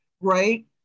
right